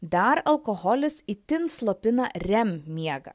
dar alkoholis itin slopina rem miegą